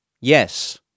Yes